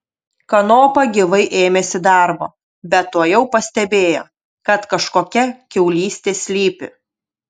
kanopa gyvai ėmėsi darbo bet tuojau pastebėjo kad kažkokia kiaulystė slypi